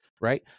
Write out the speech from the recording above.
right